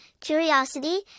curiosity